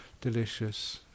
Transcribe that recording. delicious